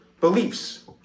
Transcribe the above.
beliefs